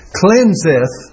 cleanseth